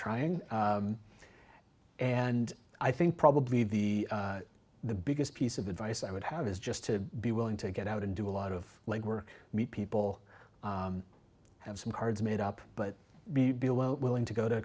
trying and i think probably the the biggest piece of advice i would have is just to be willing to get out and do a lot of legwork meet people have some cards made up but be below willing to go to